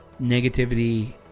Negativity